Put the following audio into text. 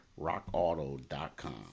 Rockauto.com